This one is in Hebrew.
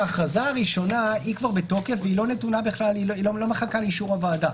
ההכרזה הראשונה היא כבר בתוקף והיא לא מחכה לאישור הוועדה.